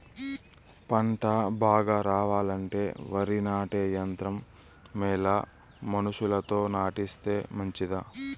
పంట బాగా రావాలంటే వరి నాటే యంత్రం మేలా మనుషులతో నాటిస్తే మంచిదా?